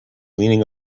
leaning